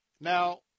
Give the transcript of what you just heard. Now